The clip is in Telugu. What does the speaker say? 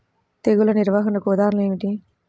తెగులు నిర్వహణకు ఉదాహరణలు ఏమిటి?